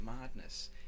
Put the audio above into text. madness